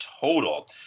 total